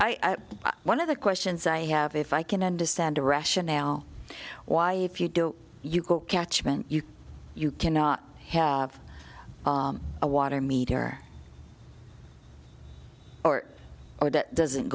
one of the questions i have if i can understand the rationale why if you don't you go catchment you you cannot have a water meter art that doesn't